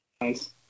Nice